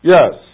Yes